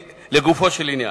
לגופו של עניין,